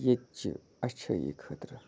ییٚتہِ چہِ اَچھٲیی خٲطرٕ